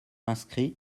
inscrits